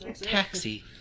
Taxi